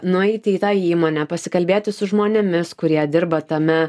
nueiti į tą įmonę pasikalbėti su žmonėmis kurie dirba tame